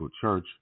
Church